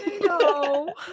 No